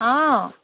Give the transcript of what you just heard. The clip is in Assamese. অঁ